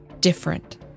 different